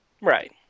right